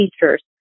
teachers